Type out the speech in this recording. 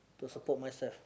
to support myself